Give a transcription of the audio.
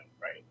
right